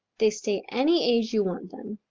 they stay any age you want them.